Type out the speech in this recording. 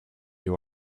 you